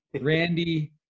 Randy